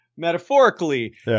metaphorically